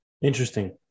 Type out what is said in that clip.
Interesting